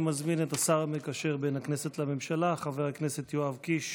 אני מזמין את השר המקשר בין הכנסת לממשלה חבר הכנסת יואב קיש